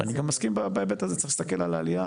צריך להסתכל על העלייה